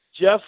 Jeff